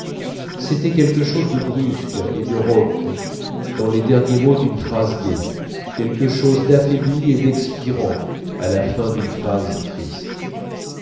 c'était quelque chose de brusque et de rauque dans les derniers mots d'une phrase gaie quelque chose d'affaibli et d'expirant à la fin d'une phrase triste